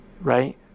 right